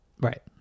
Right